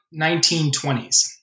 1920s